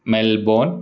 Melbourne